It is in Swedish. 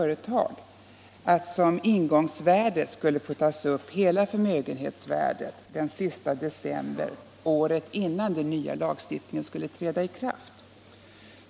retag att som ingångsvärde skulle få tas upp hela förmögenhetsvärdet den sista december året innan den nya lagstiftningen skulle träda i kraft.